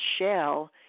shell